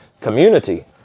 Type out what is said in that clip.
community